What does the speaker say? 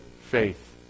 faith